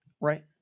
Right